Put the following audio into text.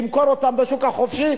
למכור אותן בשוק החופשי,